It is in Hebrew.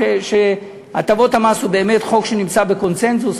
הטבות המס הוא חוק שנמצא בקונסנזוס.